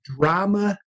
Drama